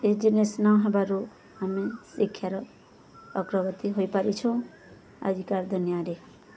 ଏ ଜିନିଷ୍ ନ ହବାରୁ ଆମେ ଶିକ୍ଷାର ଅଗ୍ରଗତି ହୋଇପାରିଛୁଁ ଆଜିକାର ଦୁନିଆଁରେ